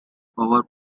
over